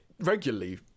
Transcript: regularly